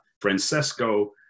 Francesco